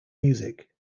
music